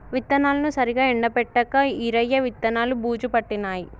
విత్తనాలను సరిగా ఎండపెట్టక ఈరయ్య విత్తనాలు బూజు పట్టినాయి